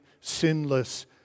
sinless